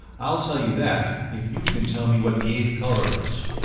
i'll tell you that if you can tell me what the eighth color is.